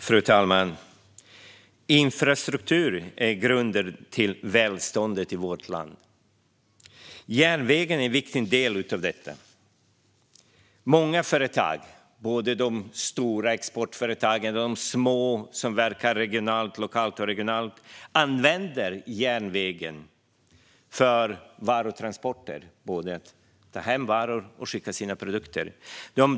Fru talman! Infrastrukturen är grunden till välståndet i vårt land. Järnvägen är en viktig del av detta. Många företag, både de stora exportföretagen och de små som verkar lokalt och regionalt, använder järnvägen för varutransporter för att både ta hem varor och skicka sina produkter.